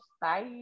Bye